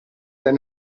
dai